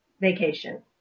vacation